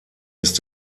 ist